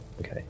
Okay